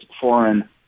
foreign